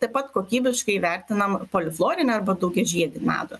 taip pat kokybiškai vertinam polifoninę arba daugiažiedį medų